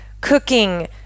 cooking